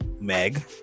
meg